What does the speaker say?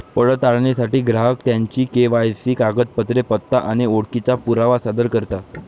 पडताळणीसाठी ग्राहक त्यांची के.वाय.सी कागदपत्रे, पत्ता आणि ओळखीचा पुरावा सादर करतात